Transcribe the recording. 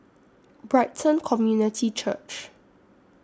Brighton Community Church